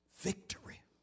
victory